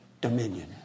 dominion